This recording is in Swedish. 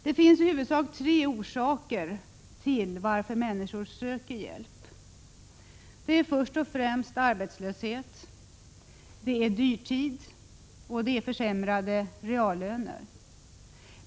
Det finns i huvudsak tre orsaker till att människor söker hjälp. Det är först och främst arbetslöshet, det är vidare dyrtid, och det är försämrade reallöner.